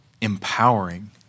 empowering